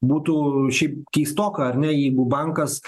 būtų šiaip keistoka ar ne jeigu bankas